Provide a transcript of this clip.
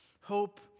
Hope